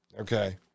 okay